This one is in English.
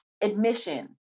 admission